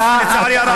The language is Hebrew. לצערי הרב.